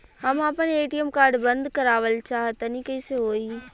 हम आपन ATM card बंद करावल चाह तनि कइसे होई?